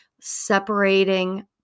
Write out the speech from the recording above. separating